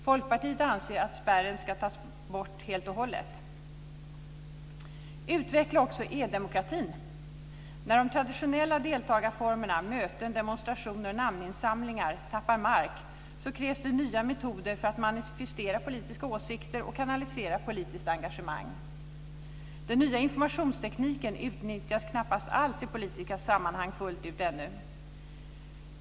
Folkpartiet anser att spärren ska tas bort helt och hållet. Utveckla också e-demokratin! När de traditionella deltagarformerna möten, demonstrationer och namninsamlingar tappar mark krävs det nya metoder för att manifestera politiska åsikter och kanalisera politiskt engagemang. Den nya informationstekniken utnyttjas knappast alls i politiska sammanhang ännu.